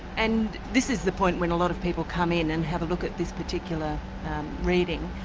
and this is the point when a lot of people come in and have a look at this particular reading.